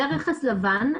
ברכס לבן,